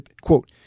Quote